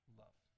love